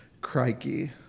Crikey